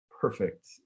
perfect